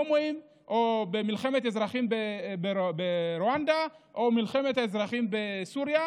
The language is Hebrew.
הומואים או במלחמת אזרחים ברואנדה או במלחמת אזרחים בסוריה,